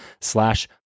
slash